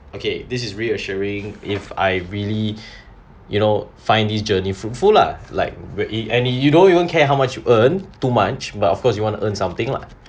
okay this is reassuring if I really you know find this journey fruitful lah like where it any you don't even care how much you earn too much but of course you want to earn something lah